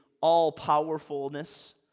all-powerfulness